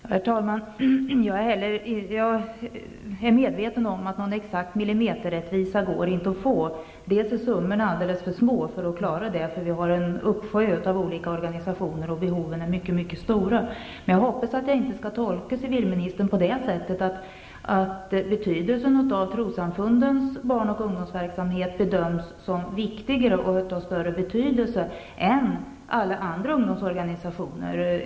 Herr talman! Jag är medveten om att någon exakt millimeterrättvisa inte går att få. Summorna är alldeles för små för att klara det, för vi har en uppsjö av olika organisationer och behoven är mycket stora. Jag hoppas att jag inte behöver tolka civilministern så att betydelsen av trossamfundens barn och ungdomsverksamhet bedöms större än alla andra organisationers.